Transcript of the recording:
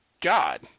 god